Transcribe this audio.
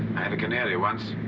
and canary once,